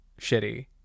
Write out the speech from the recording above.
shitty